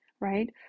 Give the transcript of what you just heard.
right